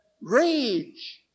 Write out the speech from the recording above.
rage